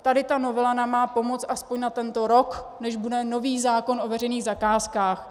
Tady ta novela nám má pomoci aspoň na tento rok, než bude nový zákon o veřejných zakázkách.